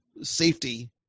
safety